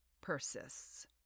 persists